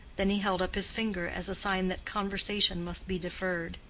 then he held up his finger as a sign that conversation must be deferred.